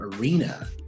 arena